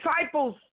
disciples